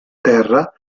terra